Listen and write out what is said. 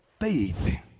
faith